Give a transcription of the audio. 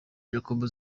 jacob